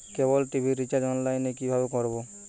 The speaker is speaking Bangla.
কেবল টি.ভি রিচার্জ অনলাইন এ কিভাবে করব?